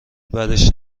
بدش